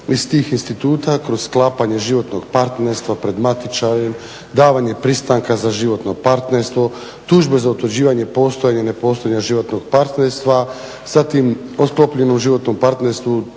iz tih instituta kroz sklapanje životnog partnerstva pred matičarom, davanjem pristanka za životno partnerstvo, tužbe za utvrđivanje postojanja ili nepostojanja životnog partnerstva, zatim o sklopljenom životnom partnerstvu,